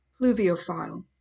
Pluviophile